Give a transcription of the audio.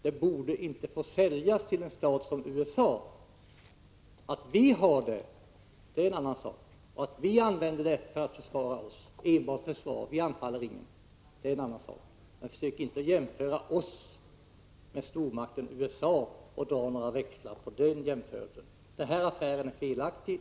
Det borde inte få säljas till ett land som USA. Att vi har det är en annan sak. Att vi använder det för att försvara oss — enbart försvar, vi anfaller ingen — det är en annan sak. Men försök inte jämföra oss med stormakten USA och dra några växlar på den jämförelsen. Denna affär är felaktig.